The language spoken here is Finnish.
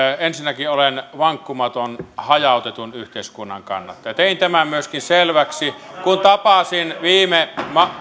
ensinnäkin olen vankkumaton hajautetun yhteiskunnan kannattaja tein tämän myöskin selväksi kun tapasin viime